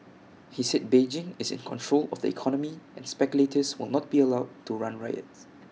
he said Beijing is in control of the economy and speculators will not be allowed to run riot